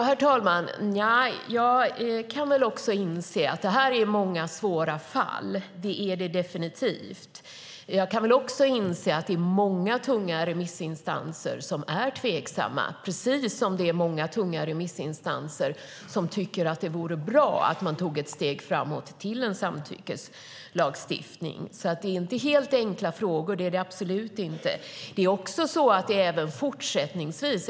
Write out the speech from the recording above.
Herr talman! Jag inser att det är många svåra fall. Jag inser också att många tunga remissinstanser är tveksamma. Det finns dock andra tunga remissinstanser som tycker att det vore bra att ta ett steg framåt till en samtyckeslagstiftning. Det är absolut inte några enkla frågor.